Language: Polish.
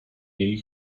jej